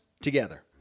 together